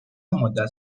مدت